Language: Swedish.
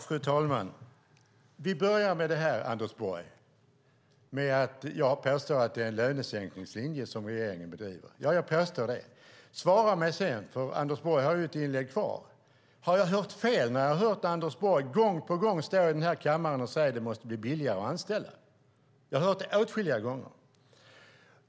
Fru talman! Jag börjar, Anders Borg, med att jag påstår att det är en lönesänkningslinje som regeringen bedriver. Ja, jag påstår det. Svara mig sedan, för Anders Borg har ju ett inlägg kvar: Har jag hört fel när jag gång på gång har hört Anders Borg stå här i kammaren och säga att det måste bli billigare att anställa? Jag har hört det åtskilliga gånger.